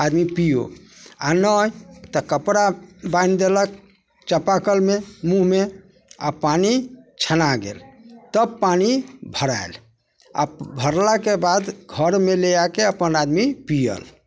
आदमी पियो आओर नहि तऽ कपड़ा बान्हि देलक चापा कलमे मुँहमे आब पानि छना गेल तब पानि भरायल आओर भरलाके बाद घरमे ले आके अपन आदमी पियल